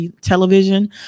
television